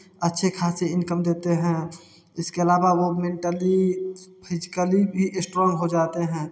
अच्छी खासी इनकम देते हैं इसके अलावा वह मेंटली फिजिकली भी स्ट्रांग हो जाते हैं